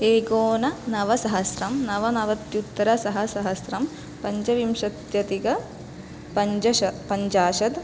एकोननवसहस्रं नवनवत्युत्तरसहस्रं पञ्चविंशत्यधिकपञ्चशतं पञ्चाशत्